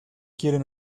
quieren